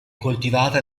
coltivata